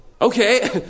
Okay